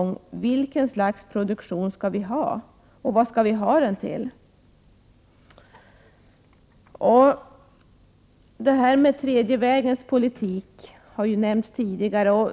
oss vilket slags produktion vi skall ha, och vad vi skall ha den till. Den tredje vägens ekonomiska politik har nämnts tidigare.